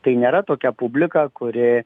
tai nėra tokia publika kuri